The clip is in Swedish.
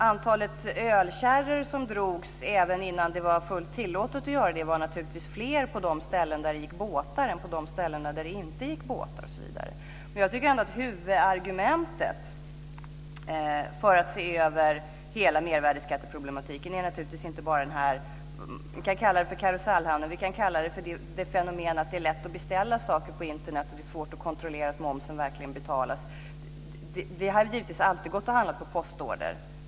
Antalet ölkärror som drogs även innan det var fullt tillåtet att göra det var naturligtvis större på de ställen där det gick båtar än på de ställen där det inte gick båtar, osv. Men jag tycker ändå att huvudargumentet för att se över hela mervärdesskatteproblematiken naturligtvis inte bara är den här, som vi kallar den, karusellhandeln. Vi kan kalla det för det fenomen att det är lätt att beställa saker på Internet och att det är svårt att kontrollera att momsen verkligen betalas. Det har givetvis alltid varit möjligt att handla på postorder.